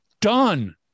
Done